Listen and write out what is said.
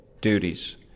duties